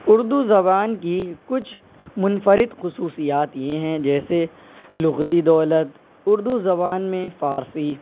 اردو زبان کی کچھ منفرد خصوصیات یہ ہیں جیسے لغتی دولت اردو زبان میں فارسی